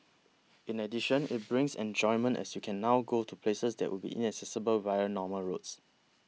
in addition it brings enjoyment as you can now go to places that would be inaccessible via normal roads